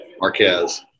Marquez